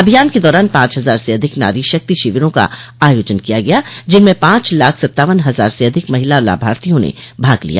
अभियान के दौरान पांच हजार से अधिक नारी शक्ति शिविरों का आयोजन किया गया जिनमें पांच लाख सत्तावन हजार से अधिक महिला लाभार्थियों ने भाग लिया